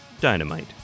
dynamite